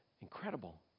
Incredible